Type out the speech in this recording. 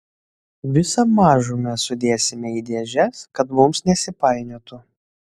visą mažumę sudėsime į dėžes kad mums nesipainiotų